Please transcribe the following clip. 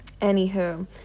anywho